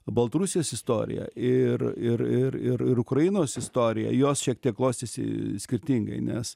baltarusijos istorija ir ir ir ir ir ukrainos istorija jos šiek tiek klostėsi skirtingai nes